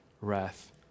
wrath